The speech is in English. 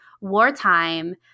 Wartime